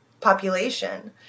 population